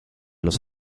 los